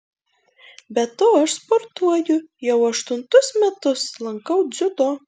be to aš sportuoju jau aštuntus metus lankau dziudo